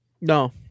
No